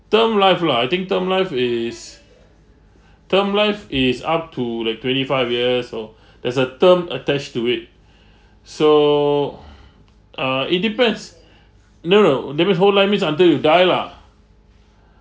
term life lah I think term life is term life is up to like twenty five years or there's a term attached to it so uh it depends no no that means whole life means until you die lah